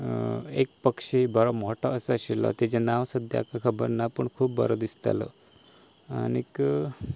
एक पक्षी बरो मोठोसो आशिल्लो ताजें नांव सद्याक खबर ना पूण खूब बरो दिसतालो आनी